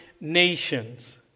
nations